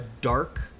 dark